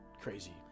crazy